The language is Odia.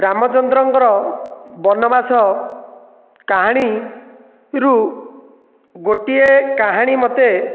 ରାମଚନ୍ଦ୍ରଙ୍କର ବନବାସ କାହାଣୀରୁ ଗୋଟିଏ କାହାଣୀ ମୋତେ